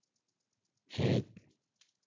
ᱦᱮᱡ